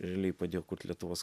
realiai padėjo kurt lietuvos